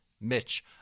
Mitch